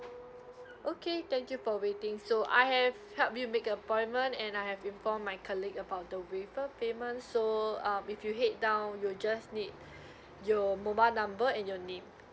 okay thank you for waiting so I have helped you make appointment and I have informed my colleague about the waiver payment so um if you head down you'll just need your mobile number and your name